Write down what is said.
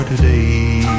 Today